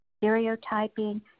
stereotyping